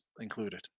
included